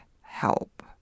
help